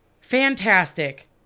Fantastic